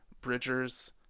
Bridgers